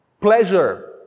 pleasure